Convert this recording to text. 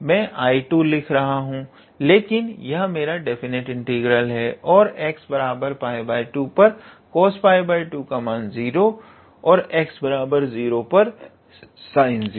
मैं 𝐼𝑛−2 लिख रहा हूं लेकिन यह मेरा डेफिनेट इंटीग्रल है और 𝑥 𝜋2 पर 𝑐𝑜𝑠 𝜋2 का मान 0 है और x0 पर sine 0